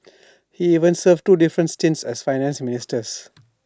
he even served two different stints as Finance Minister